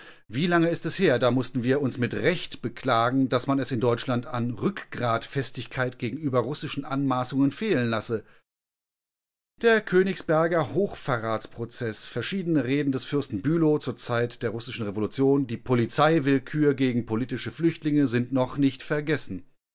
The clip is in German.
wie lange ist es her da mußten wir uns mit recht beklagen daß man es in deutschland an rückgratfestigkeit gegenüber russischen anmaßungen fehlen lasse der königsberger hochverratsprozeß verschiedene reden des fürsten bülow zur zeit der russischen revolution die polizeiwillkür gegen politische flüchtlinge sind noch nicht vergessen